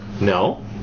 No